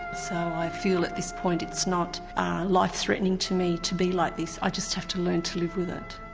so i feel at this point it's not life threatening to me to be like this, i just have to learn to live with it.